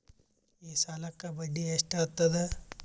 ಈ ಸಾಲಕ್ಕ ಬಡ್ಡಿ ಎಷ್ಟ ಹತ್ತದ?